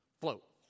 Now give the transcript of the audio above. float